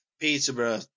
Peterborough